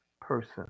person